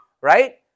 right